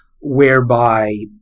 whereby